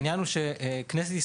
העניין הוא שהכנסת היא